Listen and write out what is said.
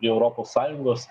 prie europos sąjungos